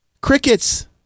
Crickets